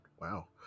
Wow